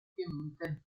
piemonte